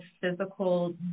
physical